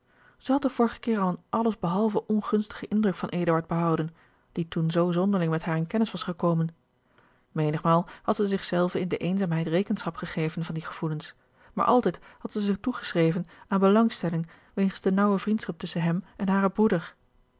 den vorigen keer al een alles behalven ongunstigen indruk van eduard behouden die toen zoo zonderling met haar in kennis was gekomen menigmaal had zij zich zelve in de eenzaamheid rekenschap gevraagd van die gevoelens maar altijd had zij ze toegeschreven aan belangstelling wegens de naauwe vriendschap tusschen hem en haren broeder